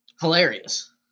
Hilarious